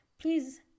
Please